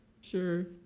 sure